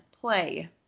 play